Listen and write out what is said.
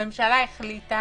הממשלה החליטה,